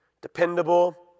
Dependable